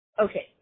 Okay